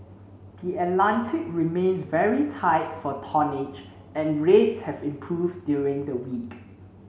the Atlantic remains very tight for tonnage and rates have improved during the week